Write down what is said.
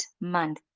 month